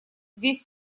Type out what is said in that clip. здесь